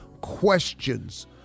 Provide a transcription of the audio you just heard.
questions